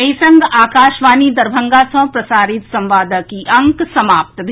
एहि संग आकाशवाणी दरभंगा सँ प्रसारित संवादक ई अंक समाप्त भेल